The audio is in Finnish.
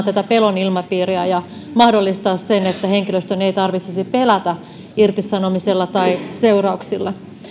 tätä pelon ilmapiiriä ja mahdollistaa sen että henkilöstön ei tarvitsisi pelätä irtisanomista tai seurauksia